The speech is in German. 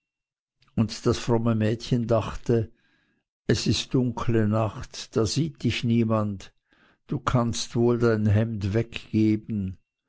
und das fromme mädchen dachte es ist dunkle nacht da sieht dich niemand du kannst wohl dein hemd weggeben